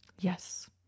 Yes